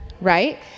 right